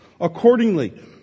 accordingly